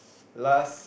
last